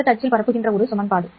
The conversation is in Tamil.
இது z அச்சில் பரப்புகின்ற சமன்பாடு